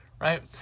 right